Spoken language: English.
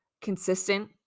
consistent